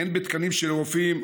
הן בתקנים של רופאים,